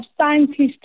scientists